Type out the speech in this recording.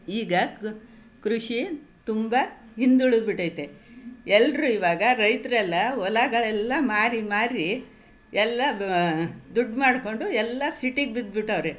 ಈಗ ಕೃಷಿ ತುಂಬ ಹಿಂದುಳಿದು ಬಿಟ್ಟೈತೆ ಎಲ್ಲರೂ ಇವಾಗ ರೈತರೆಲ್ಲ ಹೊಲಗಳೆಲ್ಲ ಮಾರಿ ಮಾರಿ ಎಲ್ಲ ದುಡ್ಡು ಮಾಡಿಕೊಂಡು ಎಲ್ಲ ಸಿಟಿಗೆ ಬಿದ್ಬಿಟ್ಟವ್ರೆ